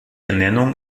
ernennung